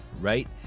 right